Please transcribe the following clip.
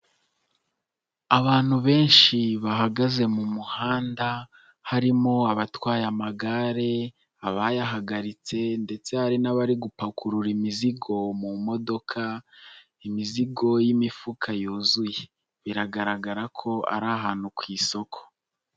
Abantu benshi bahagaze mu muhanda harimo abatwaye amagare, abayahagaritse ndetse hari n'abari gupakurura imizigo mu modoka, imizigo y'imifuka yuzuye biragaragara ko ari ahantu ku isoko.